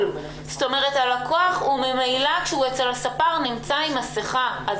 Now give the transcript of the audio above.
כי גם הלקוח וגם הספר חובשים מסיכה,